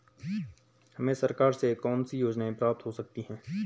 हमें सरकार से कौन कौनसी योजनाएँ प्राप्त हो सकती हैं?